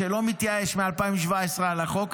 שלא מתייאש מ-2017 מהחוק הזה,